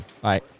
bye